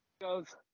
goes